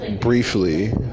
briefly